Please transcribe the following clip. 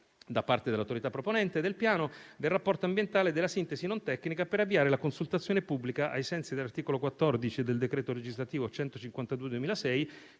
da parte dell'autorità proponente del Piano del rapporto ambientale e della sintesi non tecnica per avviare la consultazione pubblica ai sensi dell'articolo 14 del decreto legislativo n. 152